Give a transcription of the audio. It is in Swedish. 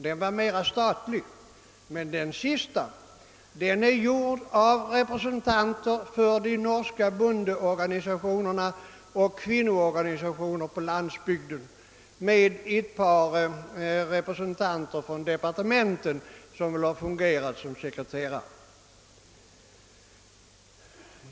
Den andra utredningen gjordes av representanter för de norska bondeorganisationerna och kvinnoorganisationerna på landsbygden med ett par representanter för departementen som sekreterare.